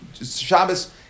Shabbos